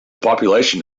population